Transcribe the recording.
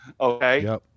Okay